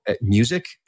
music